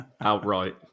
outright